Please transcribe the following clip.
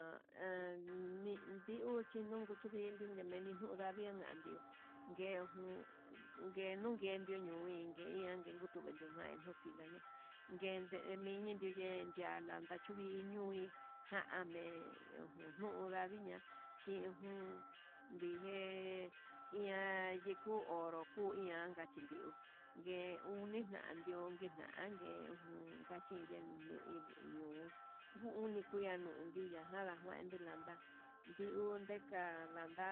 Naan hindiun niminchi kindiunku menu nandian anguio, nguejun nguenun nguengue niun ninke ninke kutu nguen, diojen nditala ngude xhime yindia ngachuminiu, ngui jame'e unu njaviña chinuu ndiej iha xhiku hú nroku ianka chinii ndugue uni na'a nadio nagananngue, ejun ngachiyen nuu hi ñuu nguu uni ndiunda najala lende ña'a, nda ndiun ndeka'a kalanda